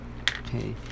Okay